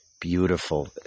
beautiful